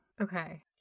Okay